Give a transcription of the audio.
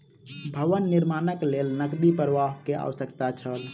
भवन निर्माणक लेल नकदी प्रवाह के आवश्यकता छल